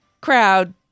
crowd